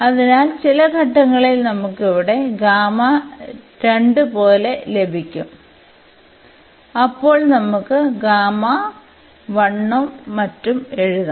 അതിനാൽ ചില ഘട്ടങ്ങളിൽ നമുക്ക് അവിടെ പോലെ ലഭിക്കും അപ്പോൾ നമുക്ക് ഉം മറ്റും എഴുതാം